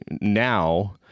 now